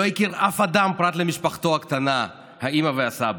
לא הכיר אף אדם פרט למשפחתו הקטנה, האימא והסבא.